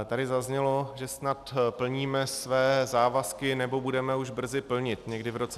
Tady zaznělo, že snad plníme své závazky, nebo budeme už brzy plnit někdy v roce 2024.